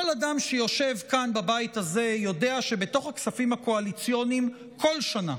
כל אדם שיושב כאן בבית הזה יודע שבתוך הכספים הקואליציוניים כל שנה